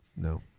No